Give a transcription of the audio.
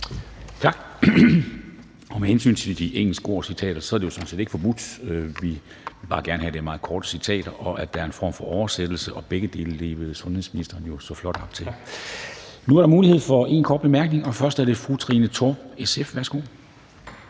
Tak. Med hensyn til at bruge engelske ord og citater er det sådan set ikke forbudt; vi vil bare gerne have, at det er meget korte citater, og at der er en form for oversættelse – og begge dele levede sundhedsministeren jo så flot op til. Nu er der mulighed for én kort bemærkning, og først er det fru Trine Torp, SF. Værsgo.